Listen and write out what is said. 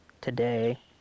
today